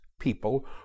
people